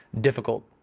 difficult